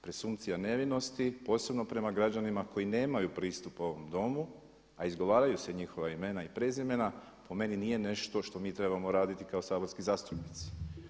Presumpcija nevinosti, posebno prema građanima koji nemaju pristup ovom domu a izgovaraju se njihova imena i prezimena po meni nije nešto što mi trebao raditi kao saborski zastupnici.